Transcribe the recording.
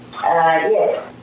Yes